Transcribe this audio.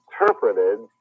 interpreted